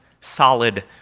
solid